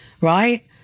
Right